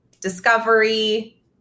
discovery